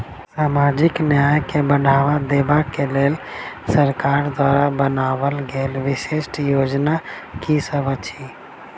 सामाजिक न्याय केँ बढ़ाबा देबा केँ लेल सरकार द्वारा बनावल गेल विशिष्ट योजना की सब अछि?